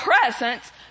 presence